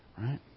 right